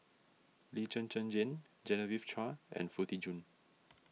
Lee Zhen Zhen Jane Genevieve Chua and Foo Tee Jun